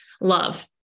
love